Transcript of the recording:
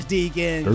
Deacon